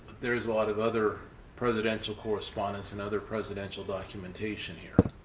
there's a lot of other presidential correspondence and other presidential documentation here.